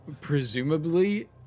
presumably